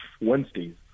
Wednesdays